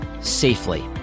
safely